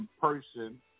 person